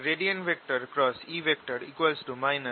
এটাকে কি করে করব